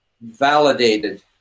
validated